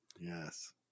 Yes